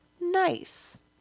nice